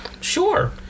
Sure